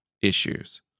issues